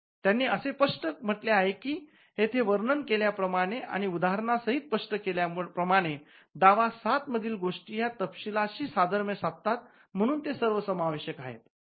त्यांनी असे स्पष्ट म्हटले आहे की येथे वर्णन केल्याप्रमाणे आणि उदाहरणासहित स्पष्ट केल्या प्रमाणे दावा ७ मधील गोष्टी ह्या तपशीलाशी साधर्म्य साधतात म्हणून ते सर्वसमावेशक आहेत